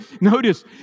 Notice